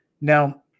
Now